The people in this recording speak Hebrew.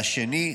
והשני,